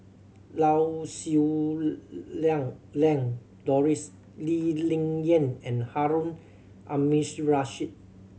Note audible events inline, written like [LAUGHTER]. Lau Siew [UNINTELLIGIBLE] Lang Lan Doris Lee Ling Yen and Harun Aminurrashid